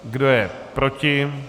Kdo je proti?